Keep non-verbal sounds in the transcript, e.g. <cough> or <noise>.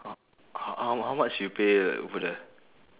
<noise> how how how much you pay over there